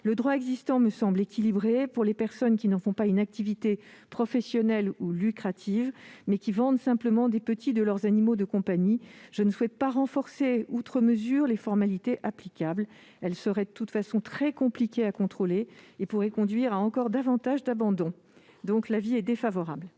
Le droit existant me semble équilibré : pour les personnes qui n'en font pas une activité professionnelle ou lucrative, mais qui vendent simplement les petits de leurs animaux de compagnie, je ne souhaite pas renforcer outre mesure les formalités applicables. Celles-ci seraient de toute façon très difficiles à contrôler et pourraient conduire à davantage d'abandons. L'avis de